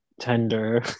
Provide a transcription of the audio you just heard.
tender